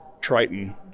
Triton